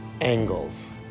angles